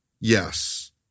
Yes